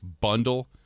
bundle